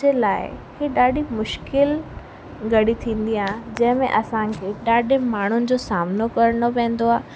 जे लाइ हीअ ॾाढी मुश्किल घड़ी थींदी आहे जंहिंमें असांखे ॾाढे माण्हुनि जो सामिनो करिणो पवंदो आहे